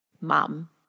Mom